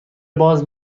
باز